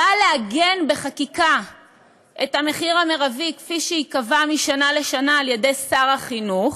באה לעגן בחקיקה את המחיר המרבי כפי שייקבע משנה לשנה על ידי שר החינוך,